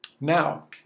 Now